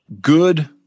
good